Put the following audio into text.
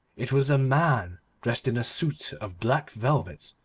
it was a man dressed in a suit of black velvet,